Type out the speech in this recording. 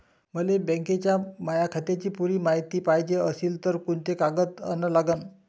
मले बँकेच्या माया खात्याची पुरी मायती पायजे अशील तर कुंते कागद अन लागन?